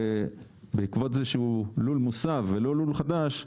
בעקבות זה שהוא לול מוסב ולול חדש,